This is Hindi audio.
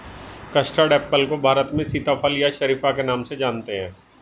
कस्टर्ड एप्पल को भारत में सीताफल या शरीफा के नाम से जानते हैं